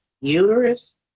uterus